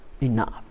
enough